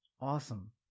awesome